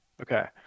Okay